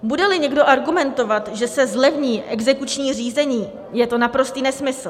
Budeli někdo argumentovat, že se zlevní exekuční řízení, je to naprostý nesmysl.